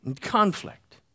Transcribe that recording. conflict